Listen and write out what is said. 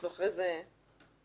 אני מתנצלת, אנחנו לא שומעים אותך.